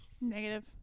Negative